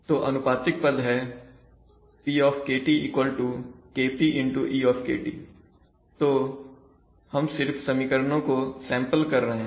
तो अनुपातिक पद है P KP e तो हम सिर्फ समीकरणों को सैंपल कर रहे हैं